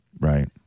Right